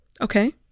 Okay